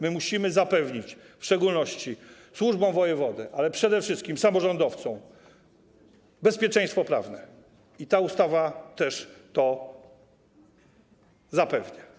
My musimy zapewnić, w szczególności służbom wojewody, ale przede wszystkim samorządowcom bezpieczeństwo prawne i ta ustawa też to zapewnia.